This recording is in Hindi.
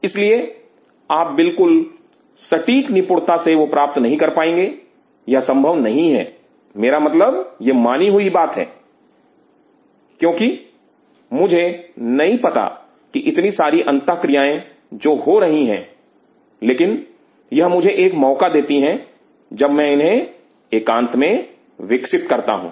इसलिए आप बिल्कुल सटीक निपुणता से वह नहीं प्राप्त कर पाएंगे यह संभव नहीं है मेरा मतलब यह मानी हुई है क्योंकि मुझे नहीं पता कि इतनी सारी अंताक्रियाएं जो कि हो रही हैं लेकिन यह मुझे एक मौका देती हैं जब मैं इन्हें एकांत में विकसित करता हूं